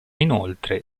inoltre